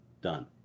Done